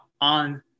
on